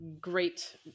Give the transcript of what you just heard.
great